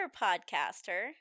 podcaster